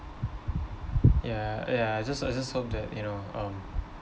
ya ya I just I just hope that you know um